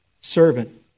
Servant